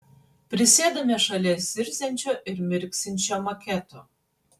prisėdame šalia zirziančio ir mirksinčio maketo